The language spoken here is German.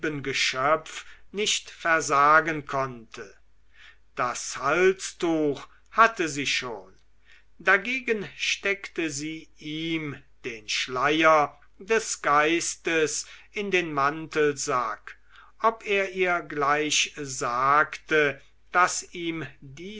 geschöpf nicht versagen konnte das halstuch hatte sie schon dagegen steckte sie ihm den schleier des geistes in den mantelsack ob er ihr gleich sagte daß ihm